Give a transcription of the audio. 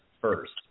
first